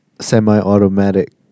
semi-automatic